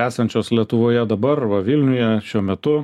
esančios lietuvoje dabar va vilniuje šiuo metu